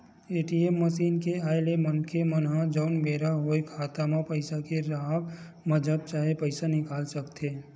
ATM machine के आय ले मनखे मन ह जउन बेरा होय खाता म पइसा के राहब म जब चाहे पइसा निकाल सकथे